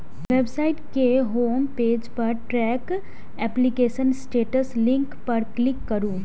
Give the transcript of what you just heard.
website के home page पर track application status link पर क्लिक करू